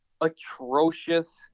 atrocious